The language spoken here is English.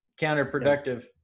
counterproductive